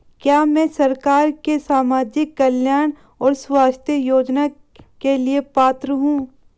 क्या मैं सरकार के सामाजिक कल्याण और स्वास्थ्य योजना के लिए पात्र हूं?